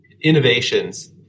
innovations